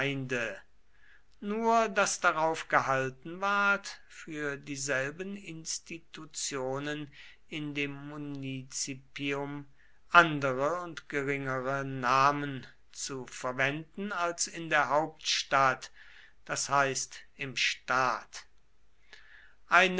nur daß darauf gehalten ward für dieselben institutionen in dem munizipium andere und geringere namen zu verwenden als in der hauptstadt das heißt im staat